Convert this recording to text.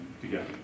together